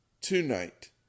tonight